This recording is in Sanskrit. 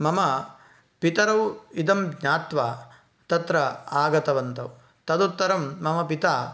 मम पितरौ इदं ज्ञात्वा तत्र आगतवन्तौ तदुत्तरं मम पिता